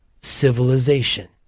civilization